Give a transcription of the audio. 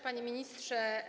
Panie Ministrze!